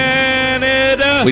Canada